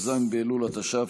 כ"ז באלול התש"ף,